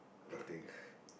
nothing ppl